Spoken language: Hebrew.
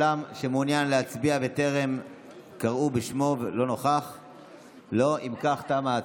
המזכיר יקרא בשמות חברי הכנסת שלא נכחו בפעם הראשונה.